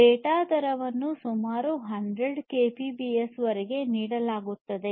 data ದರವನ್ನು ಸುಮಾರು 100 kbps ವರೆಗೆ ನೀಡಲಾಗುತ್ತದೆ